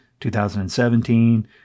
2017